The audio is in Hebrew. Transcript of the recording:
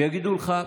ויגידו לך: